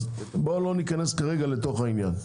אז בואו לא ניכנס כרגע לתוך העניין.